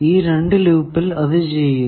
ഈ രണ്ട് ലൂപ്പിൽ അത് ചെയ്യുക